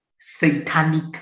satanic